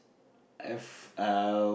I've uh